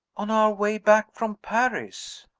on our way back from paris.